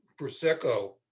prosecco